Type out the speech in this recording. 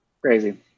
Crazy